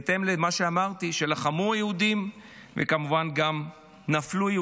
בהתאם למה שאמרתי, שהיהודים לחמו, וכמובן גם נפלו.